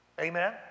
Amen